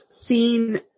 seen